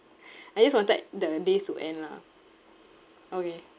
I just wanted the days to end lah okay